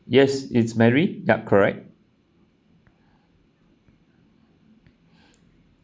yes it's mary yup correct